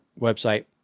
website